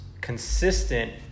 consistent